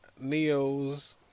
Neo's